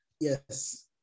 yes